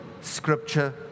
scripture